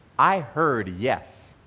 i heard, yes.